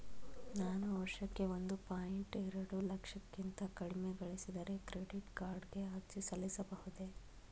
ನಾನು ವರ್ಷಕ್ಕೆ ಒಂದು ಪಾಯಿಂಟ್ ಎರಡು ಲಕ್ಷಕ್ಕಿಂತ ಕಡಿಮೆ ಗಳಿಸಿದರೆ ಕ್ರೆಡಿಟ್ ಕಾರ್ಡ್ ಗೆ ಅರ್ಜಿ ಸಲ್ಲಿಸಬಹುದೇ?